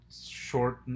short